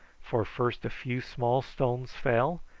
for first a few small stones fell,